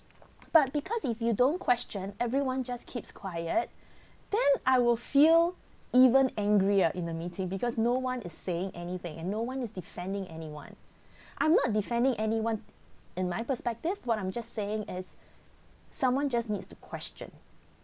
but because if you don't question everyone just keeps quiet then I will feel even angrier in the meeting because no one is saying anything and no one is defending anyone I'm not defending anyone in my perspective what I'm just saying is someone just needs to question